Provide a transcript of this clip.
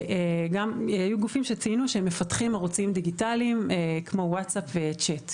היו גופים שציינו שהם מפתחים ערוצים דיגיטליים כמו ווטסאפ ו-צ'ט,